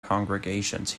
congregations